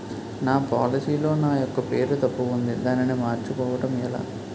నా పోలసీ లో నా యెక్క పేరు తప్పు ఉంది దానిని మార్చు కోవటం ఎలా?